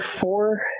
four